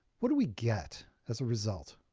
what do we get as a result?